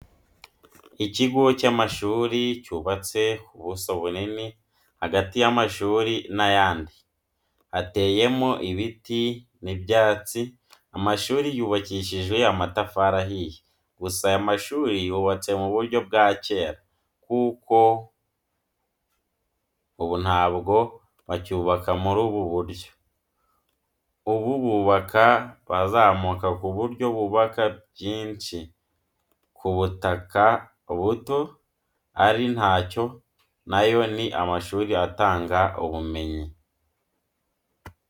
Ikigo cy'amashuri cyubatse ku buso bunini hagati y'amashuri n'ayandi, hateyemo ibiti n'ibyatsi, amashuri yubakishijwe amatafari ahiye, gusa aya mashuri yubatse mu buryo bwa cyera, kuko ubu ntabwo bacyubaka muri ubu buryo. Ubu bubaka bazamuka ku buryo bubaka byinshi ku butaka buto ariko ntacyo na yo ni amashuri atanga ubumenyi.